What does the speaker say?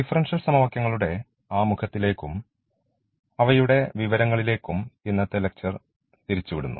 differential സമവാക്യങ്ങളുടെ ആമുഖത്തിലേക്കും അവയുടെ വിവരങ്ങളിലേക്കും ഇന്നത്തെ ലക്ച്ചർ തിരിച്ചുവിടുന്നു